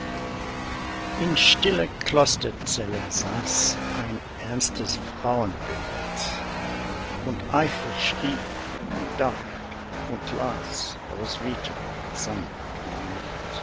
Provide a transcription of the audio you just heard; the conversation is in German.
in stiller klosterzelle saß ein ernstes frauenbild und eifrig schrieb und dacht und las rhoswita sanft und mild